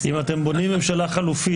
11 הצעות עברו בתמיכה,